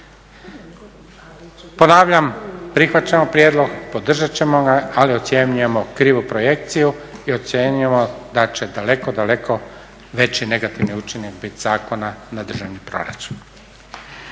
Ponavljam, prihvaćamo prijedlog, podržat ćemo ga, ali ocjenjujemo krivu projekciju i ocjenjujemo da će daleko, daleko veći negativni učinak biti zakona na državni proračun.